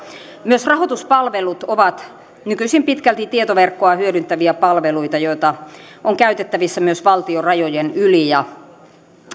myös rahoituspalvelut ovat nykyisin pitkälti tietoverkkoa hyödyntäviä palveluita joita on käytettävissä myös valtion rajojen yli